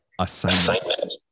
assignment